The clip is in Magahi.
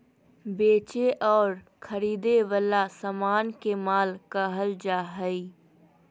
बेचे और खरीदे वला समान के माल कहल जा हइ